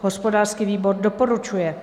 Hospodářský výbor doporučuje.